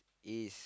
is